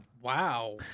Wow